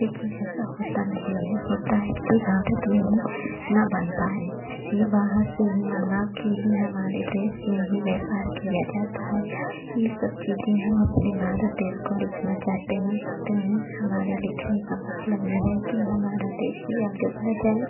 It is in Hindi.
लेकिन ऐसा होता नहीं है होता है कि भारत में ही ना बन पाएँ ये बाहर से ही मँगाकर ही हमारे देश में ही व्यापार किया जाता है ये सब चीज़ें हम अपने भारत देश को लिखना चाहते हैं ते हैं हमारे लिखने का मतलब यह है कि हमारा दश भी आगे बढ़ जाए